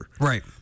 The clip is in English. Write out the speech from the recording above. right